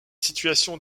situation